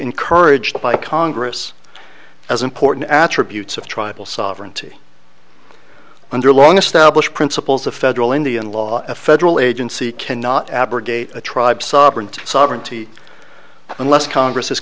encouraged by congress as important attributes of tribal sovereignty under long established principles of federal indian law a federal agency can not abrogate a tribe sovereignty sovereignty unless congress is